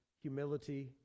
humility